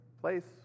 place